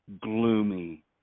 gloomy